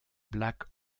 black